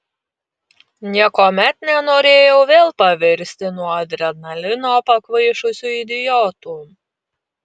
niekuomet nenorėjau vėl pavirsti nuo adrenalino pakvaišusiu idiotu